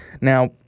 Now